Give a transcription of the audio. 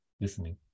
Listening